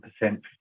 percent